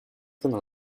gonna